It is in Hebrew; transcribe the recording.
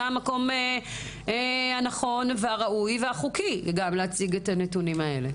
זה המקום הנכון הראוי והחוקי להציג את הנתונים האלה.